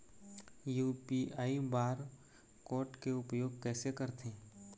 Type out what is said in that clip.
UPI bar code के उपयोग कैसे करथें?